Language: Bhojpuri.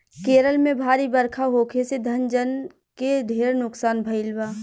केरल में भारी बरखा होखे से धन जन के ढेर नुकसान भईल बा